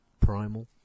Primal